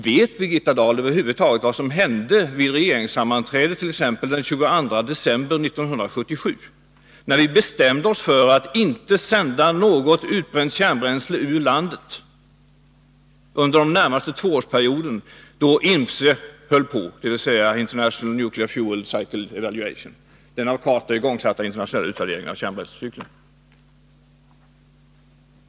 Vet Birgitta Dahl över huvud taget vad som hände vid regeringssammanträdet den 22 december 1977, när vi bestämde oss för att inte sända något utbränt kärnbränsle ur landet under den närmaste tvåårsperioden, då INFCE arbetade, dvs. International Nuclear Fuel Cycle Evaluation, den av president Carter igångsatta internationella utvärderingen av kärnbränslecykeln?